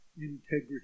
integrity